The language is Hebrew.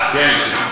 בעכו, כל עכו, כן.